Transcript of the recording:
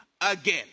again